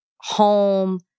home